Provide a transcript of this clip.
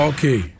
Okay